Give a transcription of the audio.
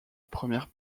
première